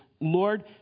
Lord